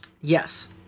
Yes